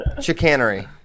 Chicanery